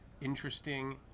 interesting